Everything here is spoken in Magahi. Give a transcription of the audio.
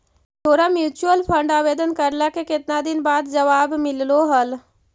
तोरा म्यूचूअल फंड आवेदन करला के केतना दिन बाद जवाब मिललो हल?